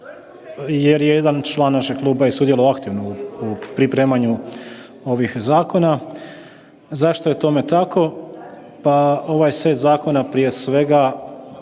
je jedan član našeg kluba i sudjelovao aktivno u pripremanju ovih zakona. Zašto je tome tako? Pa, ovaj set zakona prije svega,